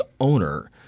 owner –